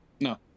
No